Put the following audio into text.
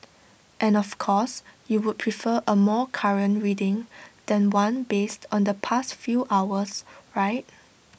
and of course you would prefer A more current reading than one based on the past few hours right